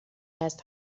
است